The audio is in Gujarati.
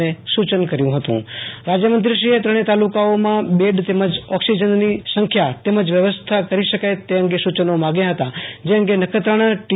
ને સૂ ચન કર્યુ હતું રાજ્યમંત્રીશ્રીએ ત્રણેય તાલુ કાઓમાં બેડ તેમજ ઓકિસજનની સંખ્યા તેમજ વ્યવસ્થા કરી શકાય તે અંગે સૂ ચનો માંગ્યા હતા જે અંગે નખત્રાણા ટી